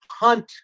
hunt